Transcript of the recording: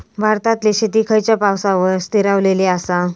भारतातले शेती खयच्या पावसावर स्थिरावलेली आसा?